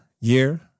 year